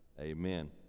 Amen